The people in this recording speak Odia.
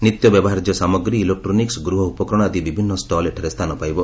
ନିତ୍ୟ ବ୍ୟବହାର୍ଯ୍ୟ ସାମଗ୍ରୀ ଇଲେକ୍ଟ୍ରୋନିକ୍ସ ଗୃହ ଉପକରଣ ଆଦି ବିଭିନ୍ନ ଷଲ୍ ଏଠାରେ ସ୍ଚାନ ପାଇବ